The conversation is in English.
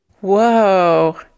Whoa